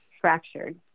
fractured